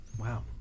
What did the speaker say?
Wow